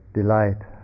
delight